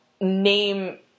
name